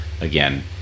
again